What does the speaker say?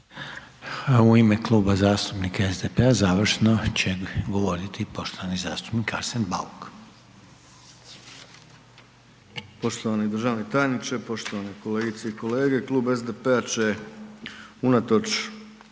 U ime Kluba zastupnika SDP-a završno će govoriti poštovani zastupnik Arsen Bauk.